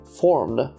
formed